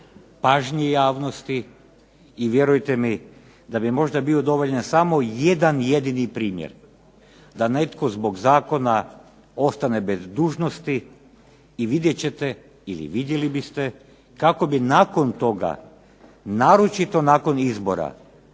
pažnji javnosti, i vjerujte mi da bi možda bio dovoljan samo jedan jedini primjer da netko zbog zakona ostane bez dužnosti i vidjet ćete ili vidjeli biste kako bi nakon toga, naročito nakon izbora